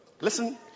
Listen